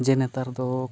ᱡᱮ ᱱᱮᱛᱟᱨ ᱫᱚ